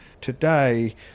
Today